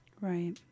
Right